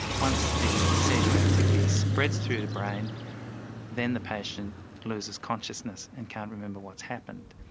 once the seizure activity spreads through the brain then the patient loses consciousness and can't remember what's happened.